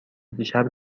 دیشب